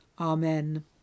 Amen